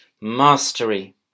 mastery